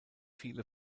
viele